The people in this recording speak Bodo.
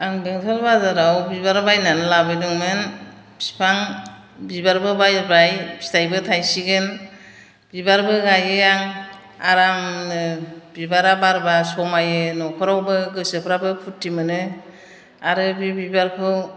आं बेंथ'ल बाजाराव बिबार बायनानै लाबोदोंमोन बिफां बिबारबो बायबाय फिथाइबो थायसिगोन बिबारबो गायो आं आरामनो बिबारा बारोबा समायो न'खरावबो गोसोफ्राबो फुरथि मोनो आरो बे बिबारखौ